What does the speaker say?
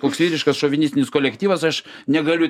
koks vyriškas šovinistinis kolektyvas aš negaliu